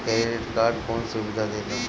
Credit card कौन सुबिधा देला?